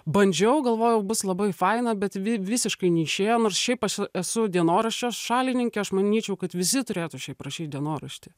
bandžiau galvojau bus labai faina bet vi visiškai neišėjo nors šiaip ašu esu dienoraščio šalininkė aš manyčiau kad visi turėtų šiaip rašyt dienoraštį